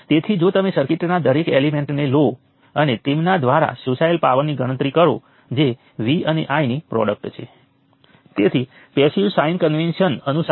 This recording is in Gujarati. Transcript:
તેથી જ્યારે તમે બધા ઈકવેશન્સનો સરવાળો કરો છો ત્યારે માત્ર આ સપાટીમાંથી વાસ્તવિક કરંટો જ બાકી રહેશે